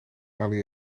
ali